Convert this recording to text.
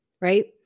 right